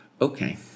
Okay